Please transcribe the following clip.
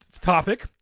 topic